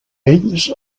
ells